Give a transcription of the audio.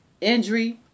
injury